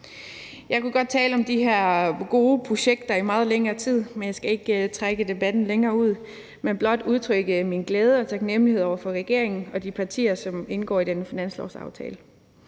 Jeg kunne godt tale om de her gode projekter i meget længere tid, men jeg skal ikke trække debatten længere ud, men blot udtrykke min glæde og taknemlighed over for regeringen og de partier, som indgår i denne finanslovsaftale.